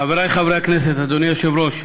חברי חברי הכנסת, אדוני היושב-ראש,